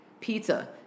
Pizza